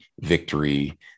victory